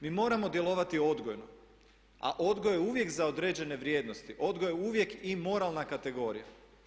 Mi moramo djelovati odgojno, a odgoj je uvijek za određene vrijednosti, odgoj je uvijek i moralna kategorija.